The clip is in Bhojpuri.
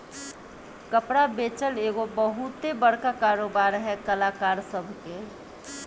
कपड़ा बेचल एगो बहुते बड़का कारोबार है कलाकार सभ के